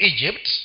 Egypt